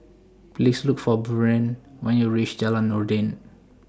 Please Look For Buren when YOU REACH Jalan Noordin